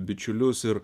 bičiulius ir